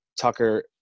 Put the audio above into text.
Tucker